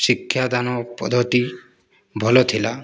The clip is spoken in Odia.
ଶିକ୍ଷାଦାନ ପଦ୍ଧତି ଭଲ ଥିଲା